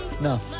No